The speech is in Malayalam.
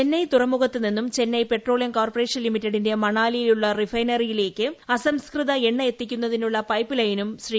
ചെന്നൈ തുറമുഖത്തുനിന്നും ചെന്നൈ പെട്രോളിയം ് കോർപ്പറേഷൻ ലിമിറ്റഡിന്റെ മണാലിയിലുള്ള റിഫൈനറിയിലേയ്ക്ക് അസംസ്കൃത എണ്ണ എത്തിക്കുന്നതിനുള്ള പൈപ്പ് ലൈനും ശ്രീ